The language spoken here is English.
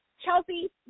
Chelsea